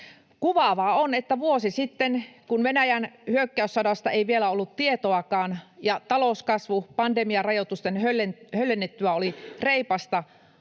Kuvaavaa on, että vuosi sitten, kun Venäjän hyökkäyssodasta ei vielä ollut tietoakaan ja talouskasvu pandemiarajoitusten höllennyttyä oli reipasta,